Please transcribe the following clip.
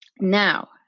Now